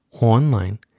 online